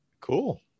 Cool